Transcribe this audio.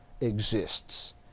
exists